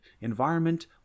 environment